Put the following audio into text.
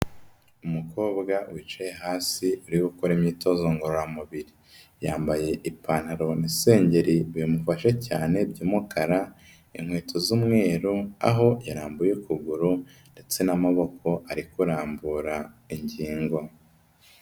Umukobwa wicaye hasi uri gukora imyitozo ngororamubiri. Yambaye ipantaro n'isengeri bimufashe cyane by'umukara, inkweto z'umweru, aho yarambuye ukuguru ndetse n'amaboko ari kurambura ingingo.